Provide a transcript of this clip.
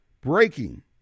Breaking